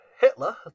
Hitler